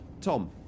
Tom